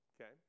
okay